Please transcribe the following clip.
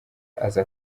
aza